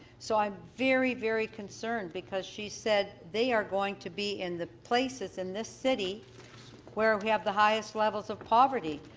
so i'm very, very concerned because she said they are going to be in the places in this city where we have the highest levels of poverty.